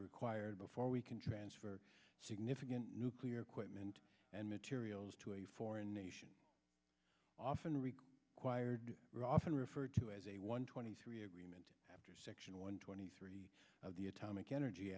required before we can transfer significant nuclear equipment and materials to a foreign nation often read wired are often referred to as a one twenty three agreement after section one twenty three of the atomic energy